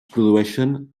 produeixen